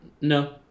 No